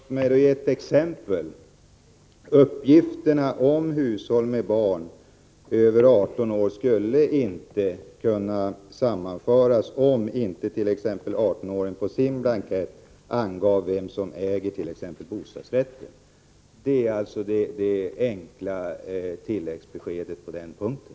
Herr talman! Låt mig ge ett exempel. Uppgifterna om hushåll med barn över 18 år skulle inte kunna sammanföras, om inte 18-åringen på sin blankett angav vem som äger t.ex. bostadsrätten. Det är det enkla tilläggsbeskedet på den punkten.